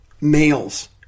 males